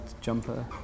jumper